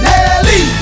Nelly